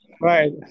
Right